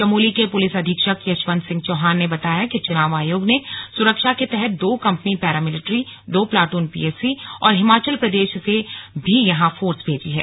चमोली के पुलिस अधीक्षक यशवन्त सिंह चौहान ने बताया कि चुनाव आयोग ने सुरक्षा के तहत दो कम्पनी पैरामिलिट्री दो प्लाटून पीएससी और हिमाचल प्रदेश से भीयहां फोर्स भेजी है